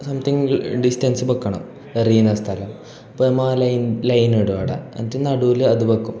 something distance വെക്കണം എറിയുന്ന സ്ഥലം അപ്പം നമ്മൾ ആ ലൈൻ ലൈനിടും അവിടെ അന്നിട്ട് നടുവിൽ അതു വെക്കും